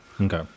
okay